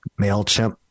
MailChimp